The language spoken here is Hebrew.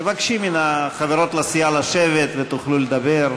תבקשי מן החברות לסיעה לשבת, ותוכלו לדבר.